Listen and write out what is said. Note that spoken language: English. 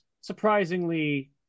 surprisingly